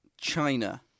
China